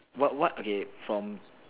what what okay from